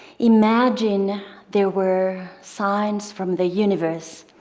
imagine there were signs from the universe,